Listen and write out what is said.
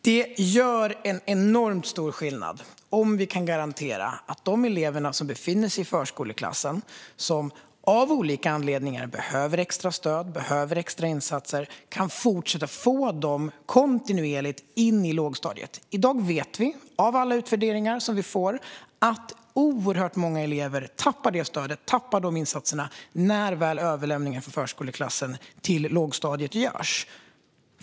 Det gör enormt stor skillnad om vi kan garantera att de elever som befinner sig i förskoleklassen och som av olika anledningar behöver extra stöd och insatser kan fortsätta att få dessa kontinuerligt in i lågstadiet. I dag vet vi genom alla utvärderingar vi får att oerhört många elever tappar detta stöd och dessa insatser när överlämningen från förskoleklass till lågstadiet görs.